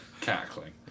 cackling